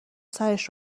سرش